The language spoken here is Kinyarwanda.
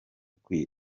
kwakira